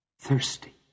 Thirsty